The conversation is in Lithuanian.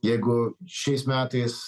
jeigu šiais metais